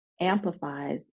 amplifies